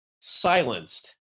silenced